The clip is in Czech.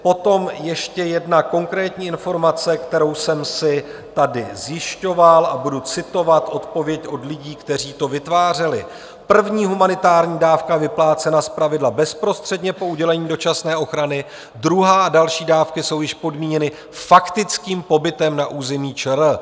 Potom ještě jedna konkrétní informace, kterou jsem si tady zjišťoval a budu citovat odpověď od lidí, kteří to vytvářeli: první humanitární dávka vyplácena zpravidla bezprostředně po udělení dočasné ochrany, druhá a další dávky jsou již podmíněny faktickým pobytem na území ČR.